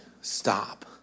Stop